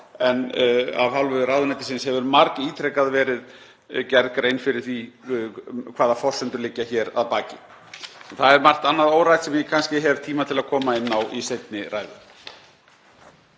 en af hálfu ráðuneytisins hefur margítrekað verið gerð grein fyrir því hvaða forsendur liggja hér að baki. Það er margt annað órætt sem ég kannski hef tíma til að koma inn á í seinni ræðu.